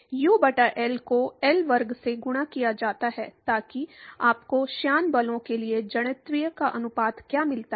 you बटा L को L वर्ग से गुणा किया जाता है ताकि आपको श्यान बलों के लिए जड़त्वीय का अनुपात क्या मिलता है